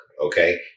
Okay